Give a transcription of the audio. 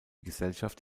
gesellschaft